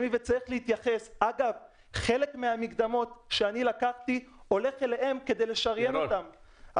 חלק מהמקדמות שאני לקחתי הולך אליהם כדי לשריין אותם.